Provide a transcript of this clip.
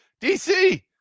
DC